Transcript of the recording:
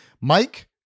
Mike